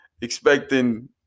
expecting